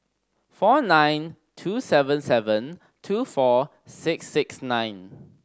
four nine two seven seven two four six six nine